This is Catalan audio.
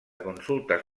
consultes